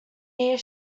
year